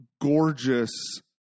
gorgeous